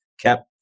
kept